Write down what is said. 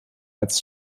als